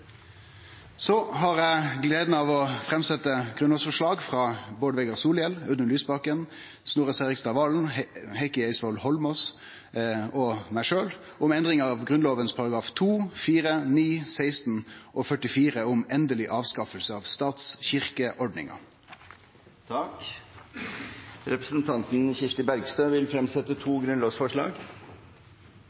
Så har eg glede av å framsetje grunnlovsforslag frå representantane Bård Vegar Solhjell, Audun Lysbakken, Snorre Serigstad Valen, Heikki Eidsvoll Holmås og meg sjølv om endring i §§ 2, 4, 9, 16 og 44, om endeleg avskaffing av statskyrkjeordninga. Representanten Kirsti Bergstø vil fremsette to grunnlovsforslag.